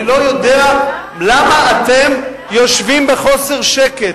אני לא יודע למה אתם יושבים בחוסר שקט,